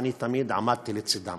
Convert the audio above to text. ואני תמיד עמדתי לצדם.